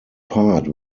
part